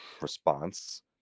response